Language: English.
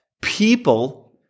people